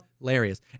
Hilarious